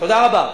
תודה רבה.